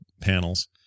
panels